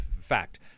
fact